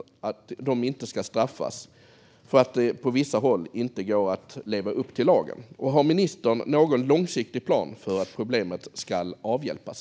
De ska ju inte straffas för att det på vissa håll inte går att leva upp till lagen. Och har ministern någon långsiktig plan för hur problemet ska avhjälpas?